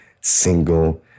single